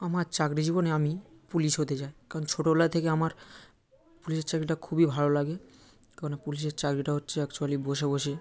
আমার চাকরি জীবনে আমি পুলিশ হতে চায় কারণ ছোটোবেলা থেকে আমার পুলিশের চাকরিটা খুবই ভালো লাগে কারণ পুলিশের চাকরিটা হচ্ছে অ্যাকচুয়ালি বসে বসে